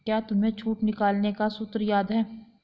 क्या तुम्हें छूट निकालने का सूत्र याद है?